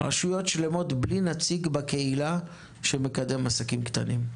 רשויות שלמות בלי נציג בקהילה שמקדם עסקים קטנים.